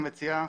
היא מציעה